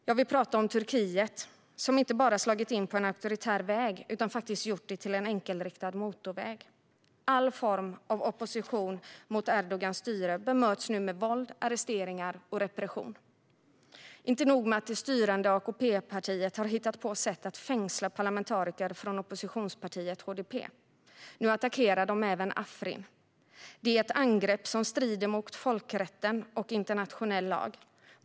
Jag vill tala om Turkiet, som inte bara har slagit in på en auktoritär väg utan faktiskt gjort den till en enkelriktad motorväg. All form av opposition mot Erdogans styre bemöts nu med våld, arresteringar och repression. Inte nog med att det styrande AKP-partiet har hittat på sätt att fängsla parlamentariker från oppositionspartiet HDP - nu attackerar de även Afrin. Det är ett angrepp som strider mot folkrätten och internationell lag.